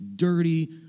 dirty